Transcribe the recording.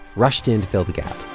rushed in to fill the gap